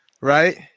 right